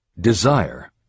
desire